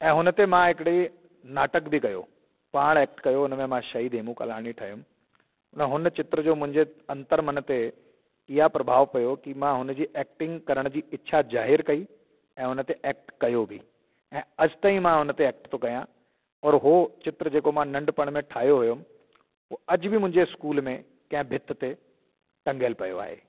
ऐं हुन ते मां हिकिड़ी नाटक बि कयो पाण कयो उन में मां शहीद हेमू कालाणी ठहियुमि हुन चित्र जो मुंहिंजे अंतर मन ते इहा प्रभाव पयो की मां उन एक्टींग करण जी इच्छा ज़ाहिरु कई ऐं उन ते एक्ट कयो बि ऐं अजु ताईं मां उन ते एक्ट थो कयां और उहो चित्र जेको मां नन्ढपण में ठाहियो हुउमि उहो अॼु बि मुंहिंजे स्कूल में कंहिं भित ते टंगियल पयो आहे